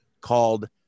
called